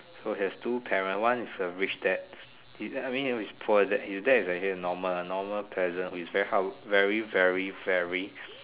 so he has two parents one is err rich dad I mean is a poor dad his dad is actually normal one normal present who is very hardworking very very very